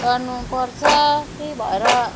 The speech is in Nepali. गर्नु पर्छ त्यही भएर